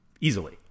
easily